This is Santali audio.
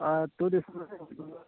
ᱦᱳᱭ ᱟᱛᱳ ᱫᱤᱥᱚᱢ